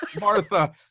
martha